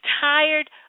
tired